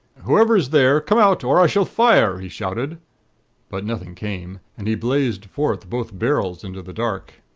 whoever is there, come out, or i shall fire he shouted but nothing came, and he blazed forth both barrels into the dark.